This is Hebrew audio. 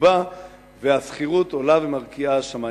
מרובע והשכירות עולה ומרקיעה השמימה.